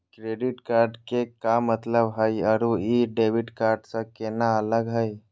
Credit card के का मतलब हई अरू ई डेबिट कार्ड स केना अलग हई?